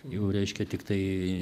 jau reiškia tiktai